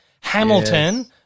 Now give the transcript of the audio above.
Hamilton